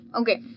Okay